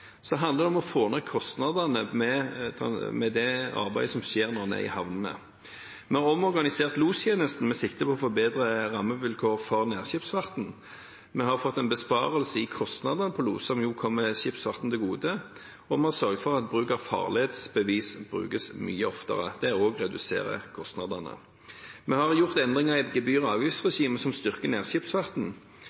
Så handler det om å få ned kostnadene ved arbeidet som skjer på havnene. Vi har omorganisert lostjenesten med sikte på å forbedre rammevilkårene for nærskipsfarten, vi har fått en besparelse i kostnader til los, som jo kommer skipsfarten til gode, og vi har sørget for at farledsbevis brukes mye oftere. Dette reduserer også kostnadene. Vi har gjort endringer i gebyr- og avgiftsregimet, som styrker